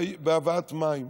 בהבאת מים.